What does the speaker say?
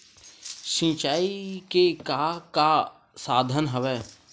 सिंचाई के का का साधन हवय?